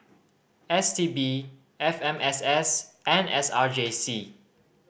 S T B F M S S and S R J C